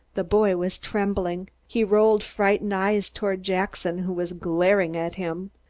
the boy was trembling. he rolled frightened eyes toward jackson who was glaring at him.